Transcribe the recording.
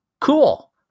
Cool